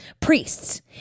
priests